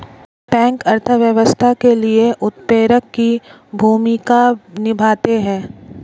bank अर्थव्यवस्था के लिए उत्प्रेरक की भूमिका निभाते है